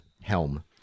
Helm